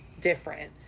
different